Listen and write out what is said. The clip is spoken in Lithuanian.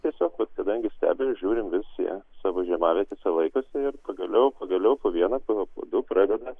tiesiog vat kadangi stebim žiūrim vis jie savo žiemavietėse laikosi ir pagaliau pagaliau po vieną po du pradeda